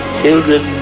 children